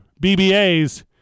BBAs